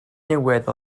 newydd